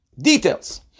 Details